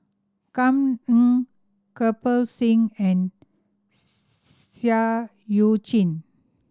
Kam Ning Kirpal Singh and Seah Eu Chin